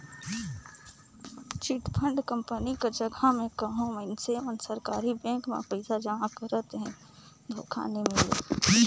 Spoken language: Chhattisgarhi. चिटफंड कंपनी कर जगहा में कहों मइनसे मन सरकारी बेंक में पइसा जमा करत अहें धोखा नी मिले